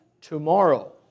tomorrow